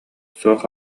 суох